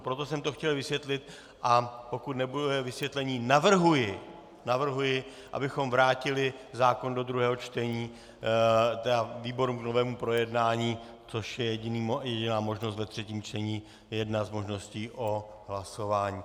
Proto jsem to chtěl vysvětlit, a pokud nebude vysvětlení, navrhuji, abychom vrátili zákon do druhého čtení, tedy výborům k novému projednání, což je jediná možnost ve třetím čtení, jedna z možností o hlasování.